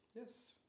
Yes